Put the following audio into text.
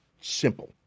simple